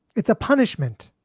it's a punishment.